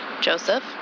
Joseph